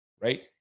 right